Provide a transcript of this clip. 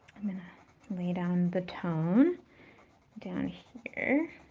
i'm gonna lay down the tone down here.